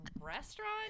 restaurant